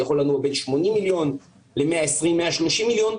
זה יכול לנוע בין 80 מיליון ל-120 130 מיליון,